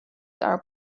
are